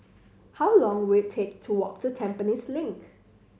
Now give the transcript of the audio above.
how long will it take to walk to Tampines Link